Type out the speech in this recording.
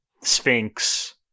sphinx